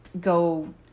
go